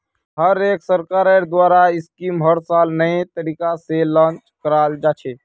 हर एक सरकारेर द्वारा स्कीमक हर साल नये तरीका से लान्च कराल जा छे